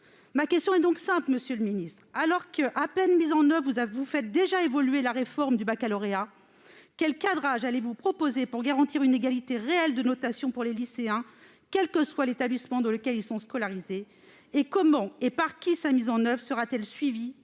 Ma question est donc simple, monsieur le ministre : alors que, à peine appliquée, vous faites déjà évoluer la réforme du baccalauréat, quel cadrage allez-vous proposer pour garantir une égalité réelle de notation pour les lycéens, quel que soit l'établissement dans lequel ils sont scolarisés ? Comment, et par qui cela sera-t-il suivi,